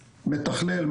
מתכלל,